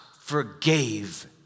forgave